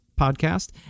podcast